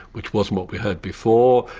which wasn't what we heard before.